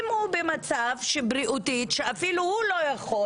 אם הוא במצב בריאותי שאפילו הוא לא יכול